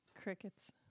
Crickets